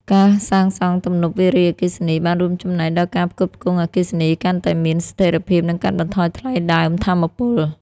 ការសាងសង់ទំនប់វារីអគ្គិសនី បានរួមចំណែកដល់ការផ្គត់ផ្គង់អគ្គិសនីកាន់តែមានស្ថិរភាព និងកាត់បន្ថយថ្លៃដើមថាមពល។